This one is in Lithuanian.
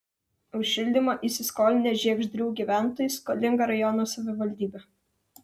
už šildymą įsiskolinę žiegždrių gyventojai skolinga rajono savivaldybė